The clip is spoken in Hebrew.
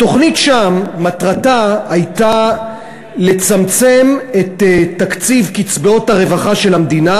התוכנית שם מטרתה הייתה לצמצם את תקציב קצבאות הרווחה של המדינה